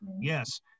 Yes